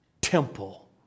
temple